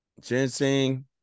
ginseng